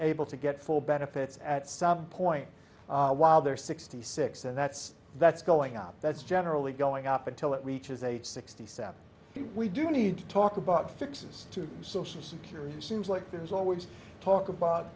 able to get full benefits at some point while they're sixty six and that's that's going up that's generally going up until it reaches age sixty seven we do need to talk about fixes to social security it seems like there's always talk about